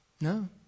No